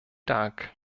dank